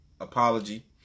apology